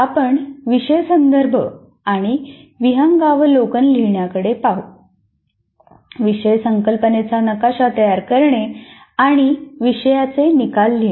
आपण आता विषय संदर्भ आणि विहंगावलोकन लिहिण्याकडे पाहू विषय संकल्पनेचा नकाशा तयार करणे आणि विषयाचे निकाल लिहिणे